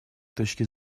точки